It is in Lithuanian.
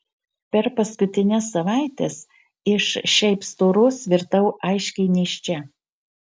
per paskutines savaites iš šiaip storos virtau aiškiai nėščia